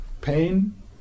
pain